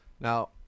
Now